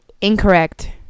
Incorrect